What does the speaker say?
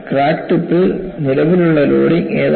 crack ടിപ്പിൽ നിലവിലുള്ള loading ഏതാണ്